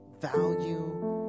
value